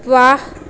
ਵਾਹ